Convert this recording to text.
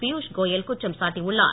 பியூஷ் கோயல் குற்றம் சாட்டியுள்ளார்